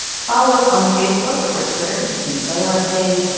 follow us on facebook or twitter to see photo essays,